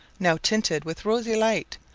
now tinted with rosy light,